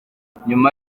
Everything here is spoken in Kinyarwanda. nyuma